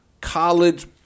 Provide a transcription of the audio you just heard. College